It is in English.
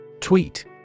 Tweet